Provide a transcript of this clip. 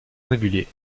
régulier